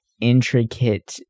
intricate